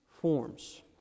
forms